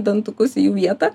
dantukus jų vietą